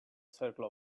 circle